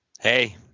Hey